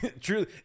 Truly